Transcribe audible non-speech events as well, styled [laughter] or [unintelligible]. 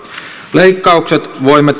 leikkaukset voimme [unintelligible]